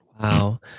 Wow